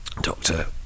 doctor